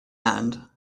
and